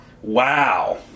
Wow